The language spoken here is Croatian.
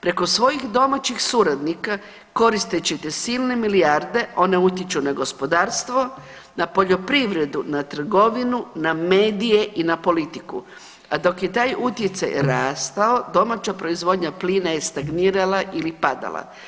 Preko svojih domaćih suradnika koristeći te silne milijarde one utječu na gospodarstvo, na poljoprivredu, na trgovinu, na medije i na politiku, a dok je taj utjecaj rastao domaća proizvodnja plina je stagnirala ili padala.